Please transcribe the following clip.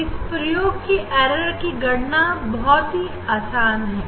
इस प्रयोग की एरर की गणना बहुत ही आसान है